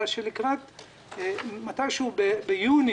אלא שמתישהו ביוני,